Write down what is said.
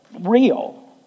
real